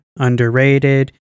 underrated